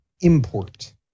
import